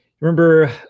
Remember